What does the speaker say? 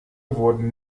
wurden